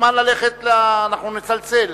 מוזמן ללכת, אנחנו נצלצל.